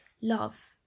love